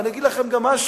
אני אגיד לכם גם משהו,